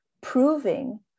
proving